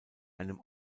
einem